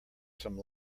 some